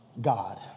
God